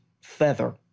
feather